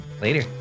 Later